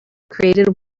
created